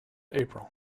april